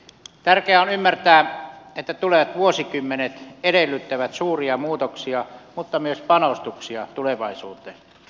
tärkeää on ymmärtää että tulevat vuosikymmenet edellyttävät suuria muutoksia mutta myös panostuksia tulevaisuuteen